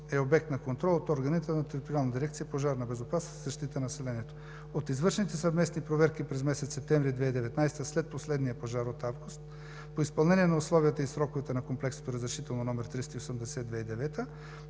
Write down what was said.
е обект на контрол от органите на Териториална дирекция „Пожарна безопасност и защита на населението“. От извършените съвместни проверки през месец септември 2019 г. след последния пожар от август по изпълнение на условията и сроковете на Комплексното разрешително № 380 от 2009